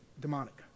demonic